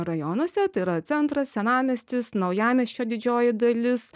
rajonuose tai yra centras senamiestis naujamiesčio didžioji dalis